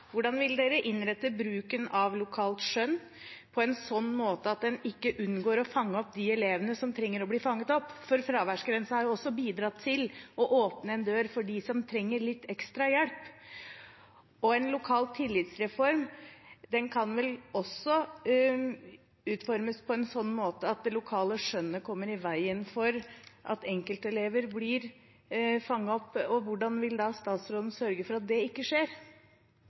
vil en innrette bruken av lokalt skjønn på en sånn måte at en ikke unngår å fange opp de elevene som trenger å bli fanget opp? Fraværsgrensen har også bidratt til å åpne en dør for dem som trenger litt ekstra hjelp. En lokal tillitsreform kan vel også utformes på en sånn måte at det lokale skjønnet kommer i veien for at enkeltelever blir fanget opp. Hvordan vil statsråden sørge for at det ikke skjer?